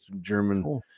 German